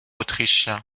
autrichien